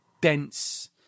dense